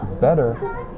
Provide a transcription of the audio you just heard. better